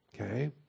Okay